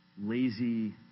lazy